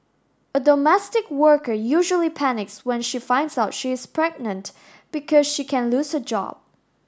a domestic worker usually panics when she finds out she is pregnant because she can lose her job